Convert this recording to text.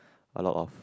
a lot of